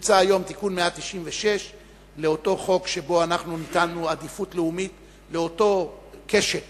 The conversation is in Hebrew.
נמצא היום תיקון 196 לאותו חוק שבו אנחנו נתנו עדיפות לאומית לאותה קשת